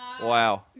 Wow